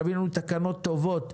להביא לנו תקנות טובות,